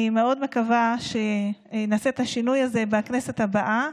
אני מאוד מקווה שנעשה את השינוי הזה בכנסת הבאה